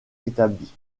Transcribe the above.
établie